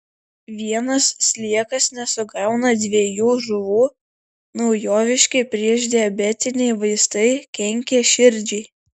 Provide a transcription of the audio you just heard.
vienas sliekas nesugauna dviejų žuvų naujoviški priešdiabetiniai vaistai kenkia širdžiai